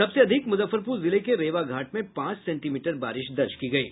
सबसे अधिक मुजफ्फरपुर जिले के रेवा घाट में पांच सेंटीमीटर बारिश दर्ज की गयी